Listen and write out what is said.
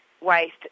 waste